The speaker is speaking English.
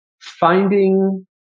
finding